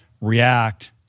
react